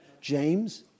James